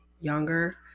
younger